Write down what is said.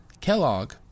Kellogg